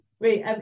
Wait